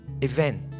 event